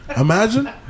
Imagine